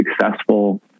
successful